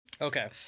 okay